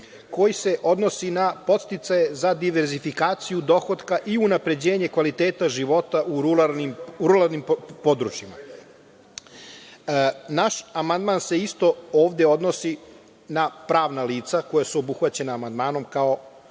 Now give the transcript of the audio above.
koji se odnosi na podsticaje za diverzifikaciju dohotka i unapređenje kvaliteta života u ruralnim područjima. Naš amandman se isto ovde odnosi na pravna lica koja su obuhvaćena amandmanom kao